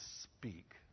speak